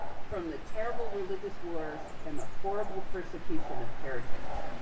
from the terrible religious wars, and the horrible persecution of heretics.